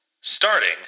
starting